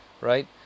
right